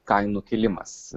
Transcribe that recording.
kainų kilimas